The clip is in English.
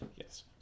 Yes